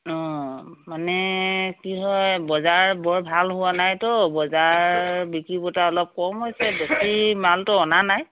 অ মানে কি হয় বজাৰ বৰ ভাল হোৱা নাইতো বজাৰ বিক্ৰী বাৰ্তা অলপ কম হৈছে বেছি মালটো অনা নাই